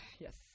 yes